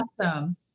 awesome